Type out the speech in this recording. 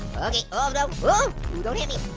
okay oh no. oh don't hit me,